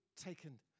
taken